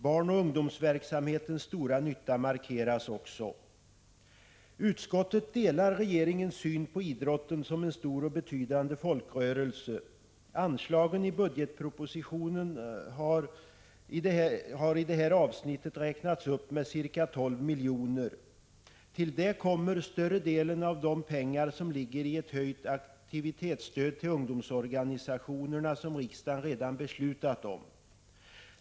Barnoch ungdomsverksamhetens stora nytta markeras också. Utskottet delar regeringens syn på idrotten som en stor och betydande folkrörelse. Anslagen i budgetpropositionen har i det här avsnittet räknats upp med ca 12 milj.kr. Till det kommer större delen av de pengar som ligger i ett höjt aktivitetsstöd till ungdomsorganisationerna, som riksdagen redan beslutat om.